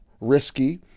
risky